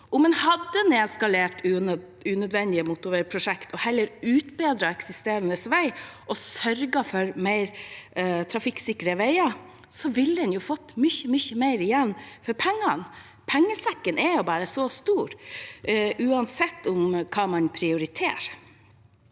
Om en hadde nedskalert unødvendige motorveiprosjekt og heller utbedret eksisterende veier og sørget for mer trafikksikre veier, ville en fått mye mer igjen for pengene. Pengesekken er jo bare så stor – uansett hva man prioriterer.